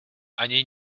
ani